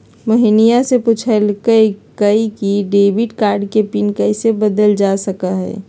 मोहिनीया ने पूछल कई कि डेबिट कार्ड के पिन कैसे बदल्ल जा सका हई?